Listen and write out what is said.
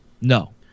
No